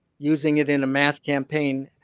using it in a mass campaign